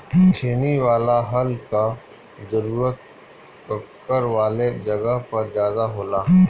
छेनी वाला हल कअ जरूरत कंकड़ वाले जगह पर ज्यादा होला